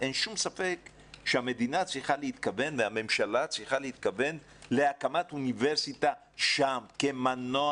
אין שום ספק שהממשלה צריכה להתכוון להקמת אוניברסיטה שם כמנוע